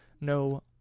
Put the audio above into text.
No